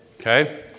Okay